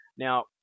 Now